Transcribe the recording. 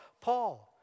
Paul